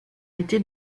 été